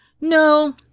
No